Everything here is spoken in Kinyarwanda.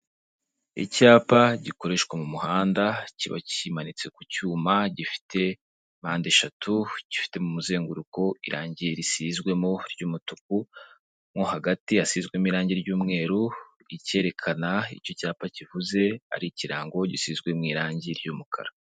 Icyapa gikoreshwa mu muhanda kiba kimanitse ku cyuma gifite mpande eshatu, gifite mu muzenguruko irangi risizwemo ry'umutuku, mo hagati hasizwemo irangi ry'umweru; icyerekana icyo icyapa kivuze ari ikirango gishyizwe mu irangi ry'umukara.